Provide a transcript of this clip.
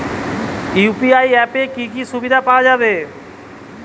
UPI অ্যাপে কি কি সুবিধা পাওয়া যাবে?